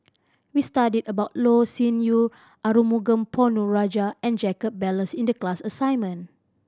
we studied about Loh Sin Yun Arumugam Ponnu Rajah and Jacob Ballas in the class assignment